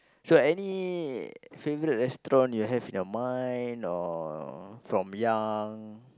so any favourite restaurant you have in your mind or from young